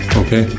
okay